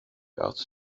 out